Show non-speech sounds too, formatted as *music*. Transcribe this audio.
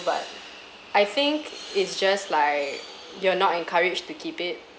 but I think it's just like you're not encouraged to keep it *breath*